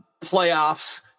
playoffs